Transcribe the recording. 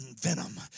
venom